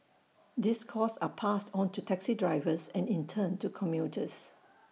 these costs are passed on to taxi drivers and in turn to commuters